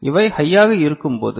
எனவே இவை ஹையாக இருக்கும்போது